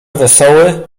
wesoły